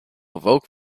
evoke